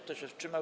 Kto się wstrzymał?